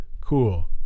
Cool